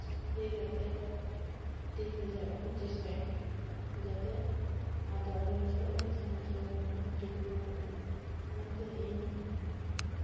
spray ᱠᱟᱛᱮ ᱴᱷᱤᱠ ᱨᱮᱭᱟᱜ ᱵᱚᱱ ᱪᱮᱥᱴᱟᱭᱟ ᱡᱟᱛᱮ ᱟᱫᱚ ᱟᱞᱚ ᱱᱚᱥᱴᱚᱜ ᱢᱟ ᱡᱟᱦᱟᱸ ᱱᱚᱥᱴᱚᱣ ᱠᱟᱱᱟ ᱚᱱᱟ ᱦᱚᱸ ᱴᱷᱤᱠ ᱨᱩᱣᱟᱹᱲ ᱠᱚᱜ ᱢᱟ ᱚᱱᱟᱛᱮ ᱤᱧ